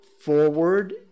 Forward